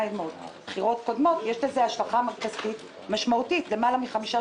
בבחירות קודמות יש השלכה כספית משמעותית של למעלה מחמישה,